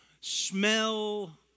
smell